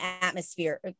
atmosphere